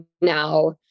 now